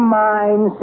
mind